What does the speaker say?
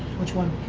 which one